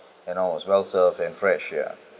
and all was well served and fresh so ya